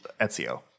Ezio